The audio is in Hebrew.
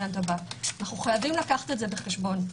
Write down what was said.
אנו חייבים לקחת זאת בחשבון.